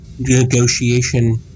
negotiation